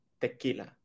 tequila